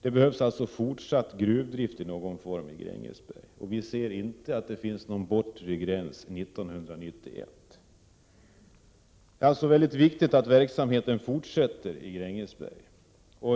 Det behövs alltså en fortsatt gruvdrift i någon form i Grängesberg. Vi ser inte 1991 som en bortre gräns. Det är således mycket viktigt att verksamheten i Grängesberg får fortsätta.